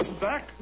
back